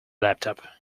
laptop